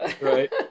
Right